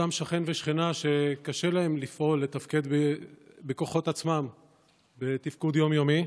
אותם שכן ושכנה שקשה להם לתפקד בכוחות עצמם בתפקוד יום-יומי,